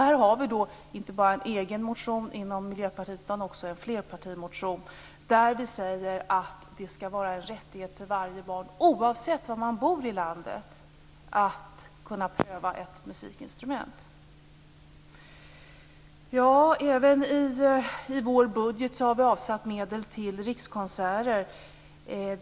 Här har vi inte bara en egen motion från Miljöpartiet utan också en flerpartimotion, där vi säger att det skall vara en rättighet för varje barn, oavsett var man bor i landet, att kunna pröva ett musikinstrument. Vi har även i vår budget avsatt medel till Rikskonserter.